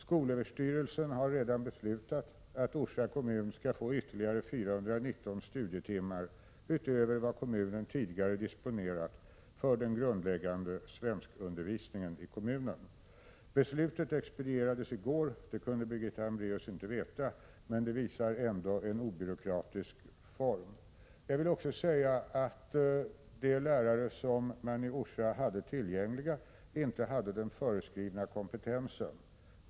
Skolöverstyrelsen har redan beslutat att Orsa kommun skall få 419 studietimmar utöver vad kommunen tidigare disponerat för den grundläggande svenskundervisningen i kommunen. Beslutet expedierades i går. Det kunde Birgitta Hambraeus inte veta, men det visar på en obyråkratisk handläggning. De lärare som man i Orsa hade tillgängliga hade inte den föreskrivna kompetensen.